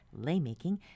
laymaking